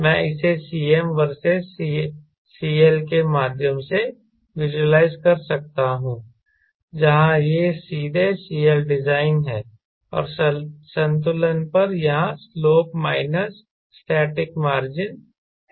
मैं इसे Cm versus CL के माध्यम से विज़ुअलाइज कर सकता हूं जहां यह सीधे CLdesign है और संतुलन पर यहां स्लोप माइनस स्टैटिक मार्जिन है